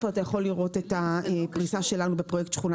פה אתה יכול לראות את הפריסה שלנו בפרויקט שכונה